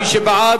מי שבעד,